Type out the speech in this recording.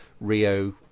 Rio